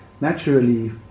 Naturally